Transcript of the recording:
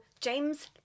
James